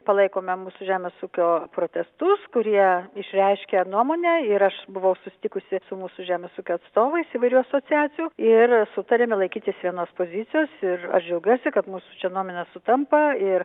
palaikome mūsų žemės ūkio protestus kurie išreiškia nuomonę ir aš buvau susitikusi su mūsų žemės ūkio atstovais įvairių asociacijų ir sutarėme laikytis vienos pozicijos ir aš džiaugiuosi kad mūsų čia nuomonės sutampa ir